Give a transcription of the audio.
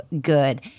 good